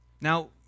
Now